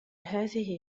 هذه